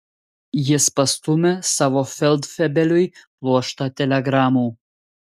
jis pastūmė savo feldfebeliui pluoštą telegramų